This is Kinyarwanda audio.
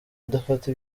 udafata